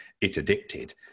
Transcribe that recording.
it-addicted